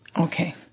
Okay